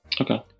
Okay